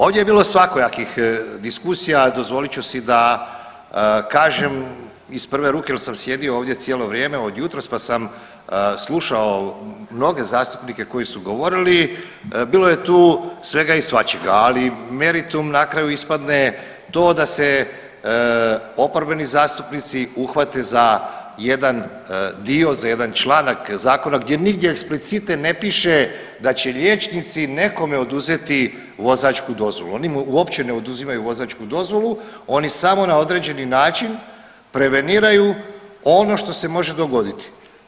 Ovdje je bilo svakojakih diskusija, dozvolit ću si da kažem iz prve ruke jel sam sjedio ovdje cijelo vrijeme od jutros, pa sam slušao mnoge zastupnike koji su govorili, bilo je tu svega i svačega, ali meritum na kraju ispadne to da se oporbeni zastupnici uhvate za jedan dio, za jedan članak zakona gdje nigdje eksplicite ne piše da će liječnici nekome oduzeti vozačku dozvolu, oni uopće ne oduzimaju vozačku dozvolu, oni samo na određeni način preveniraju ono što se može dogoditi.